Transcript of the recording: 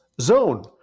Zone